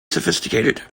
sophisticated